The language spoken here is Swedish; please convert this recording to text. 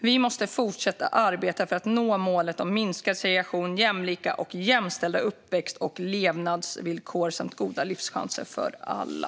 Vi måste fortsätta att arbeta för att nå målet om minskad segregation, jämlika och jämställda uppväxt och levnadsvillkor samt goda livschanser för alla.